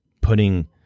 putting